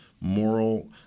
moral